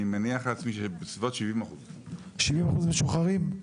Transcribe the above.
אני מניח לעצמי שבסביבות 70%. 70% משוחררים?